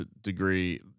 degree